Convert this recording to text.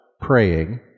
praying